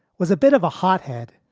was a bit of a hothead.